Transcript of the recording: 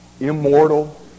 immortal